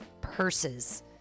purses